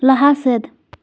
ᱞᱟᱦᱟ ᱥᱮᱫ